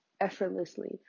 effortlessly